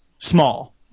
Small